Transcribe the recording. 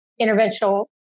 interventional